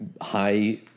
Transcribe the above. high